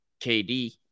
KD